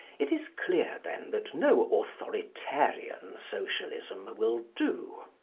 it is clear, then, that no authoritarian socialism will do.